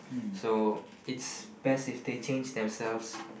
so it's best if they change themselves